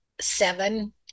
seven